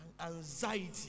anxiety